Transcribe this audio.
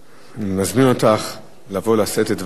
לבוא לשאת את דברייך בהצעה חשובה זו